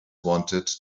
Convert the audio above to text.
wanted